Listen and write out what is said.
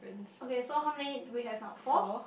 okay so how many do we have now four